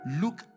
Look